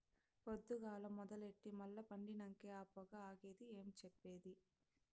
పొద్దుగాల మొదలెట్టి మల్ల పండినంకే ఆ పొగ ఆగేది ఏం చెప్పేది